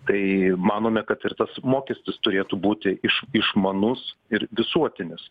tai manome kad ir tas mokestis turėtų būti išmanus ir visuotinis